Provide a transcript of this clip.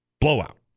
blowout